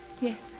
Yes